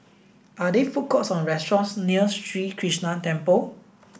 are there food courts or restaurants near Sri Krishnan Temple